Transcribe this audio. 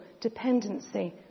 dependency